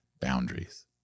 boundaries